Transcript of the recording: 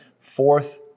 fourth